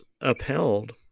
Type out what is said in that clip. upheld